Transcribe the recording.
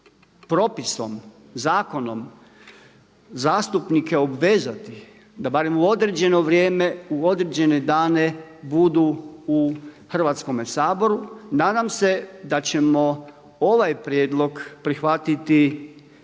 propisom, zakonom zastupnike obvezati da barem u određeno vrijeme, u određene dane budu u Hrvatskome saboru. Nadam se da ćemo ovaj prijedlog prihvatiti